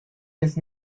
his